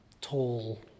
tall